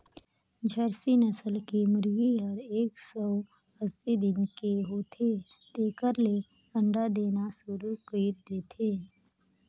झारसिम नसल के मुरगी हर एक सौ अस्सी दिन के होथे तेकर ले अंडा देना सुरु कईर देथे